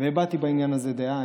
והבעתי בעניין הזה דעה.